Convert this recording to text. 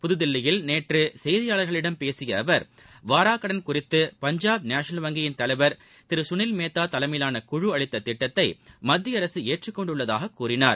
புதுதில்லியில் நேற்று செய்தியாளர்களிடம் பேசிய அவர் வாராக் கடன் குறித்து பஞ்சாப் நேஷ்னல் வங்கியின் தலைவர் திரு குனில் மேத்தா தலைமையிலான குழு அளித்த திட்டத்தை மத்திய அரசு ஏற்றுக்கொண்டுள்ளதாக கூறினார்